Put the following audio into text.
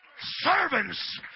servants